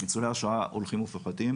ניצולי השואה הולכים ופוחתים,